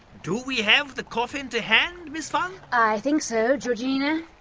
do we have the coffin to hand, miss funn? i think so. georgina?